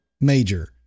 major